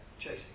Chasing